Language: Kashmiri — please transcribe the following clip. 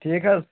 ٹھیٖک حظ